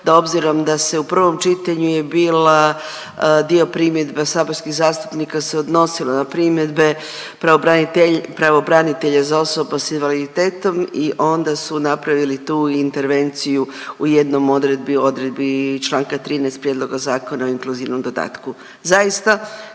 da obzirom da se u prvom čitanju je bila dio primjedba saborskih zastupnika se odnosilo na primjedbe pravobranitelja za osobe s invaliditetom i onda su napravili tu intervenciju u jednoj odredbi u odredbi čl. 13. Prijedloga zakona o inkluzivnom dodatku. Zaista